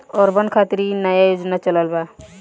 urban खातिर इ नया योजना चलल बा